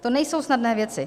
To nejsou snadné věci.